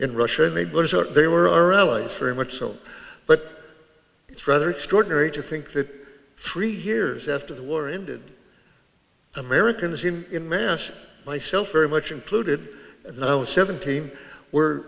in russia in the book they were our allies very much so but it's rather extraordinary to think that three years after the war ended americans in mass myself very much included and i was seventeen were